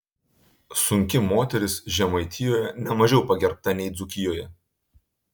sunki moteris žemaitijoje ne mažiau pagerbta nei dzūkijoje